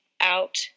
out